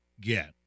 get